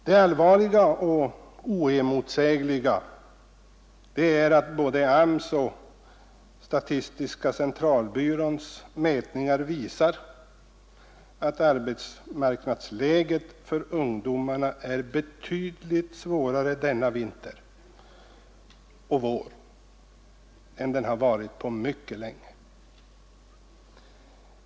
Det allvarliga och oemotsägliga är att både arbetsmarknadsstyrelsens och statistiska centralbyråns mätningar visar att arbetsmarknadsläget för ungdomarna är betydligt svårare denna vinter och vår än det har varit på mycket länge.